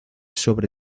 sobre